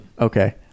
Okay